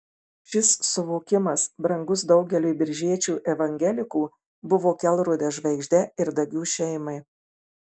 šis suvokimas brangus daugeliui biržiečių evangelikų buvo kelrode žvaigžde ir dagių šeimai